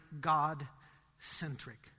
God-centric